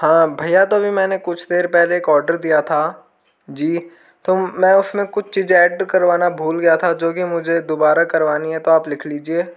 हाँ भय्या तो अभी मैंने कुछ देर पहले एक आर्डर दिया था जी तो मैं उसमें चीज़ें ऐड करवाना भूल गया था जो कि मुझे दोबारा करवानी है तो आप लिख लीजिए